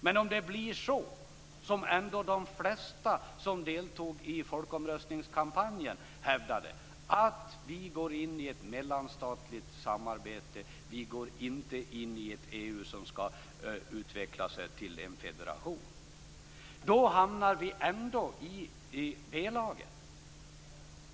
Men om det blir så, som de flesta som deltog i folkomröstningskampanjen hävdade, att vi går in i ett mellanstatligt samarbete och inte in i ett EU som skall utvecklas till en federation, då hamnar vi ändå i b-laget.